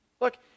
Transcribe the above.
Look